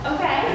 Okay